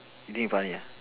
you think you funny ah